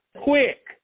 Quick